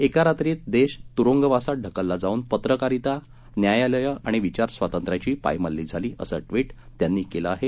एका रात्रीत देश तुरुंगवासात ढकलला जाऊन पत्रकारिता न्यायालयं आणि विचारस्वातंत्र्याची पायमल्ली झाली असं ट्विट त्यांनी केलं आहे